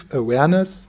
awareness